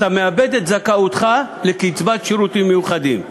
אתה מאבד את זכאותך לקצבת שירותים מיוחדים.